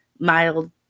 mild